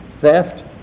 theft